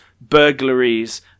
burglaries